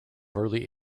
early